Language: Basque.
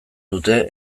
dute